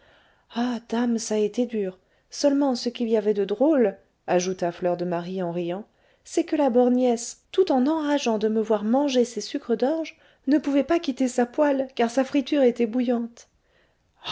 ah dame ç'a été dur seulement ce qu'il y avait de drôle ajouta fleur de marie en riant c'est que la borgnesse tout en enrageant de me voir manger ses sucres d'orge ne pouvait pas quitter sa poêle car sa friture était bouillante